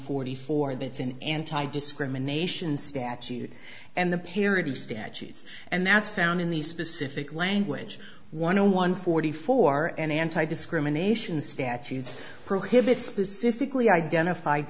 forty four that's an anti discrimination statute and the parity statutes and that's found in the specific language one hundred one forty four and anti discrimination statutes prohibits specifically identified